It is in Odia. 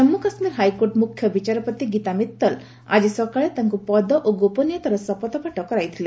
ଜନ୍ମୁ କାଶ୍ମୀର ହାଇକୋର୍ଟ ମୁଖ୍ୟ ବିଚାରପତି ଗୀତା ମିତଲ ଆଜି ସକାଳେ ତାଙ୍କୁ ପଦ ଓ ଗୋପନୀୟତାର ଶପଥପାଠ କରାଇଥିଲେ